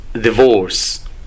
divorce